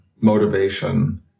motivation